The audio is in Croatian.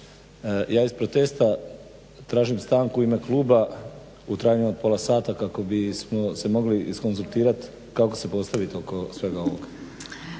Ja iz protesta tražim stanku u ime kluba u trajanju od pola sata kako bismo se mogli iskonzultirat kako se postavit oko svega ovoga.